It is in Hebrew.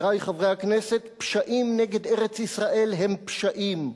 חברי חברי הכנסת, פשעים נגד ארץ-ישראל הם פשעים.